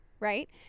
Right